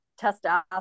testosterone